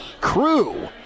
Crew